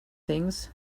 things